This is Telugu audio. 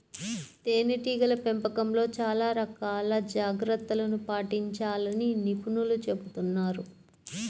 తేనెటీగల పెంపకంలో చాలా రకాల జాగ్రత్తలను పాటించాలని నిపుణులు చెబుతున్నారు